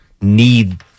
need